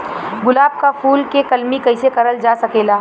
गुलाब क फूल के कलमी कैसे करल जा सकेला?